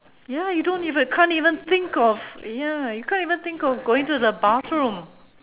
ya you don't even can't even think of ya you can't even think of going to the bathroom